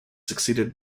succeeded